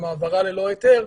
גם העברה ללא היתר,